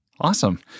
Awesome